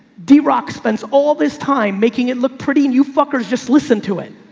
d rock spends all this time making it look pretty new. fuckers. just listened to it.